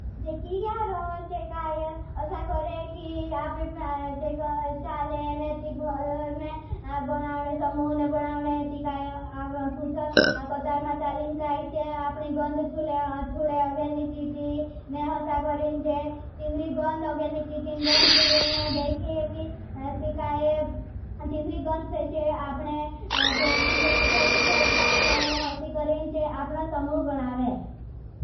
खिल्या रोज है च्याय खाय हसा करे। कि आप जह चाले ने थी। गहरनै समूने बनावने थी। खाय पुछ अकुटतर माँच चालेन कायिचे। आप गन्ध छुले चूडे आगेलनी चीती ने खासा करें। चे तीन्द्री गंध अगेल नी चीतिन गंध छुड़ी न देखी। कि ती काई तीन्द्री गंध से चे। आपने तीन्द्रे पुछल पुछल जाले न हसी करें चे आपना समुव बनावे।